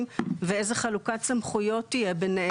ואיזה חלוקת סמכויות תהיה ביניהם?